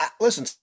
listen